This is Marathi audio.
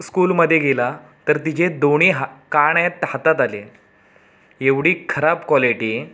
स्कूलमध्ये गेला तर तिचे दोन्ही हा कान आहेत हातात आले एवढी खराब क्वालिटी